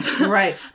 right